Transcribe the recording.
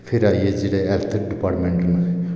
फिर आई गेआ हैल्थ डिपार्टमेंट